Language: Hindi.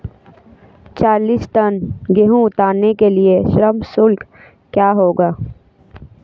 चालीस टन गेहूँ उतारने के लिए श्रम शुल्क क्या होगा?